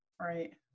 Right